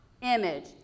image